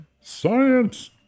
Science